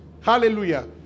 Hallelujah